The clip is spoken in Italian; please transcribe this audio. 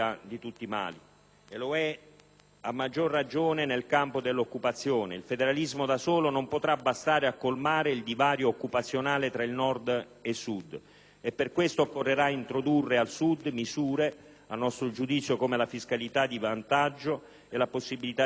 a maggior ragione nel campo dell'occupazione. Il federalismo da solo non potrà bastare a colmare il divario occupazionale tra il Nord e il Sud. Per questo, a nostro giudizio, occorrerà introdurre al Sud misure come la fiscalità di vantaggio e la possibilità di differenziare il costo del lavoro.